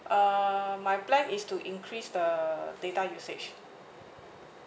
um my plan is to increase the data usage